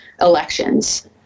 elections